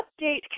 update